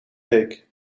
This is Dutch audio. week